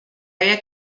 había